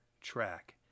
track